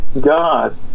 God